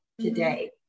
today